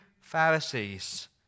Pharisees